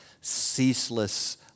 ceaseless